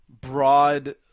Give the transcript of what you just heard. broad